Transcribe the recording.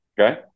okay